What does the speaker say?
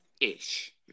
ish